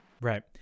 Right